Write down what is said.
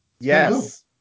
yes